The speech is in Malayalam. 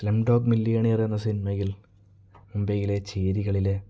സ്ലാം ഡോഗ് മില്ലിയനിയർ എന്ന സിനിമയിൽ മുംബയിലെ ചേരികളിലെ